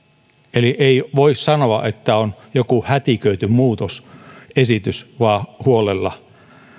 eli ei voi sanoa että on joku hätiköity muutosesitys vaan se on huolella